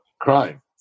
crime